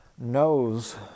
knows